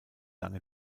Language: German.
lange